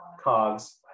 COGS